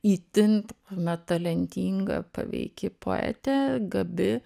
itin na talentinga paveiki poetė gabi